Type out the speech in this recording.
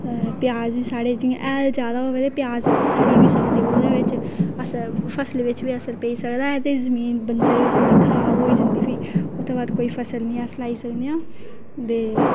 प्याज साढे जियां हैल जैदा होऐ ते प्याज सड़ी बी सकदे ओह्दे बिच असर फसल बिच बी असर पेई सकदा ऐ ते जमीन बंजर होई जंदी खराब होई जंदी भी उसदे बाद कोई फसल निं अस लाई सकने आं ते